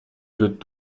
wird